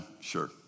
sure